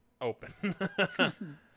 open